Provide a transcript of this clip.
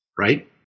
Right